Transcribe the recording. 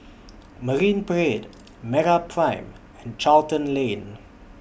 Marine Parade Meraprime and Charlton Lane